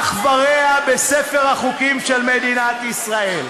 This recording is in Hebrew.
אין לו אח ורע בספר החוקים של מדינת ישראל.